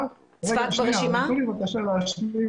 תנו לי בבקשה להשלים.